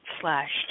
slash